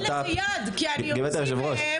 אבל אני אתן לזה יד כי אני אוציא מהם